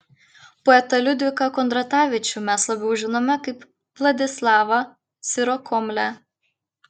poetą liudviką kondratavičių mes labiau žinome kaip vladislavą sirokomlę